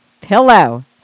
pillow